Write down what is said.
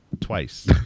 Twice